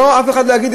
אף אחד לא יגיד,